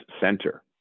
center